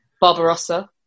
Barbarossa